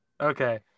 Okay